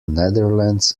netherlands